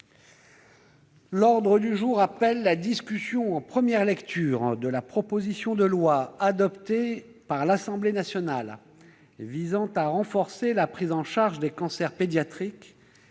L'ordre du jour appelle la discussion en première lecture de la proposition de loi, adoptée par l'Assemblée nationale, visant à renforcer la prise en charge des cancers pédiatriques